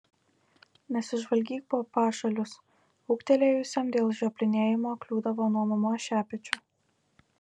nesižvalgyk po pašalius ūgtelėjusiam dėl žioplinėjimo kliūdavo nuo mamos šepečiu